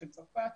של צרפת,